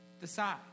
Decide